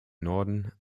norden